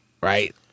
right